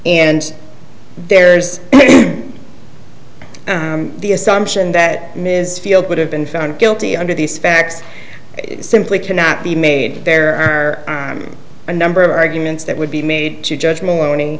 and there's the assumption that ms field would have been found guilty under these facts simply cannot be made there are a number of arguments that would be made to judge m